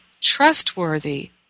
trustworthy